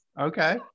Okay